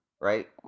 right